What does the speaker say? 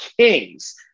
Kings